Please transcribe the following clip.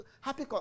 happy